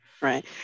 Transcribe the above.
right